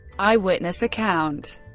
eyewitness account